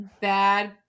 bad